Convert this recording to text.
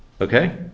Okay